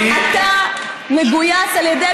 אתה מגויס על ידי משטרת ישראל,